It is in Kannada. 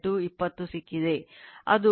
5 ಓಮ್ ಆಗಿದೆ